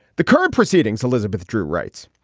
the current proceedings, elizabeth drew writes,